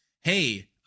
hey